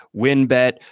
WinBet